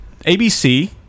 ABC